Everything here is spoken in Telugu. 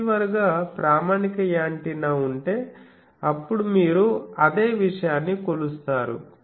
రిసీవర్గా ప్రామాణిక యాంటెన్నాఉంటే అప్పుడు మీరు అదే విషయాన్ని కొలుస్తారు